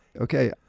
okay